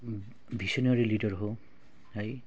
visionary leader हो है